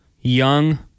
Young